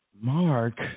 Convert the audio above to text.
Mark